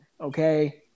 okay